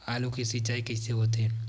आलू के सिंचाई कइसे होथे?